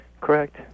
Correct